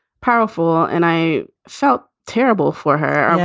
powerful and i felt terrible for her.